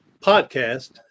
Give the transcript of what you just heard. podcast